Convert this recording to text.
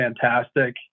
fantastic